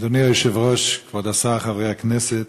אדוני היושב-ראש, כבוד השר, חברי הכנסת,